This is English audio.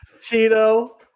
Tito